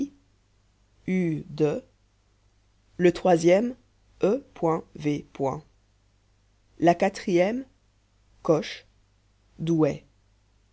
de le troisième la quatrième coche douai